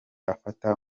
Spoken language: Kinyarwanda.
afata